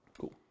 Cool